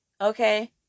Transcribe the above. Okay